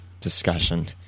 discussion